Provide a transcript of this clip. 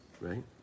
right